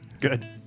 good